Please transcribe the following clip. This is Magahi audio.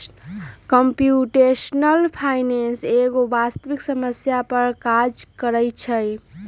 कंप्यूटेशनल फाइनेंस एगो वास्तविक समस्या पर काज करइ छै